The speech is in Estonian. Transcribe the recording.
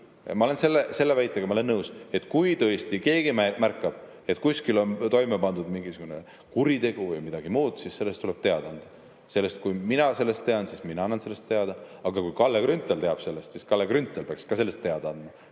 et kui – selle väitega ma olen nõus – tõesti keegi märkab, et kuskil on toime pandud mingisugune kuritegu või midagi muud, siis sellest tuleb teada anda. Kui mina sellest tean, siis mina annan sellest teada. Aga kui Kalle Grünthal teab sellest, siis Kalle Grünthal peaks sellest teada andma.